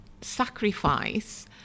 sacrifice